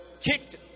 kicked